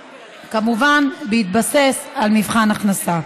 כמובן, בהתבסס על מבחן הכנסה.